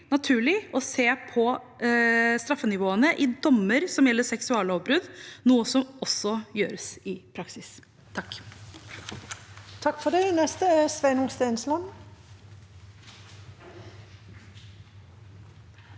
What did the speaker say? naturlig å se på straffenivåene i dommer som gjelder seksuallovbrudd, noe som også gjøres i praksis.